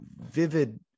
vivid